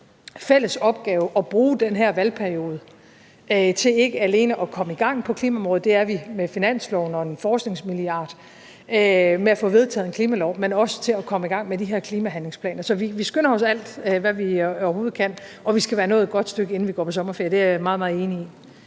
fælles opgave at bruge den her valgperiode til ikke alene at komme i gang på klimaområdet – det er vi med finansloven og forskningsmilliarden og med vedtagelsen af en klimalov – men også til at komme i gang med de her klimahandlingsplaner. Så vi skynder os alt, hvad vi overhovedet kan, og vi skal være nået et godt stykke, inden vi går på sommerferie. Det er jeg meget, meget enig i.